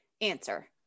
answer